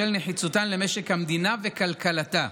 בשל נחיצותן למשק המדינה וכלכלתה,